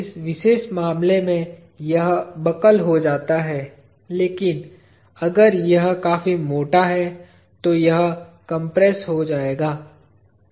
इस विशेष मामले में यह बकल हो जाता है लेकिन अगर यह काफी मोटा है तो यह कंप्रेस हो जाएगा